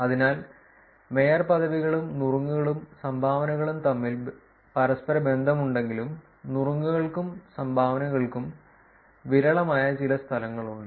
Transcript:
അതിനാൽ മേയർ പദവികളും നുറുങ്ങുകളും സംഭാവനകളും തമ്മിൽ പരസ്പരബന്ധമുണ്ടെങ്കിലും നുറുങ്ങുകൾക്കും സംഭാവനകൾക്കും വിരളമായ ചില സ്ഥലങ്ങളുണ്ട്